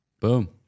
Boom